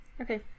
Okay